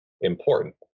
important